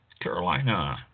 Carolina